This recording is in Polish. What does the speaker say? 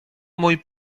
mój